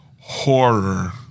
horror